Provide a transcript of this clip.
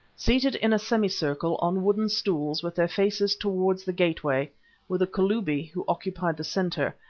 seated in a semicircle on wooden stools with their faces towards the gateway were the kalubi, who occupied the centre,